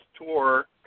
tour